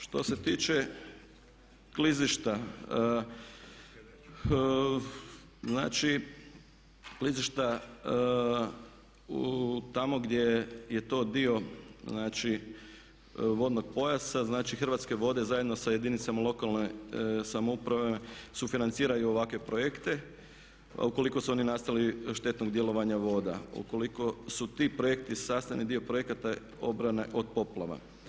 Što se tiče klizišta znači klizišta tamo gdje je to dio znači vodnog pojasa, znači Hrvatske vode zajedno sa jedinicama lokalne samouprave sufinanciraju ovakve projekte ukoliko su oni nastali štetnim djelovanjem voda, a ukoliko su ti projekti sastavni dio projekata obrane od poplava.